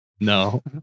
No